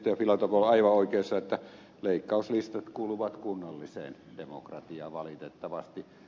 filatov on aivan oikeassa että leikkauslistat kuuluvat kunnalliseen demokratiaan valitettavasti